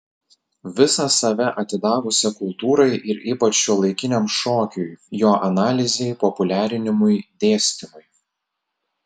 visą save atidavusią kultūrai ir ypač šiuolaikiniam šokiui jo analizei populiarinimui dėstymui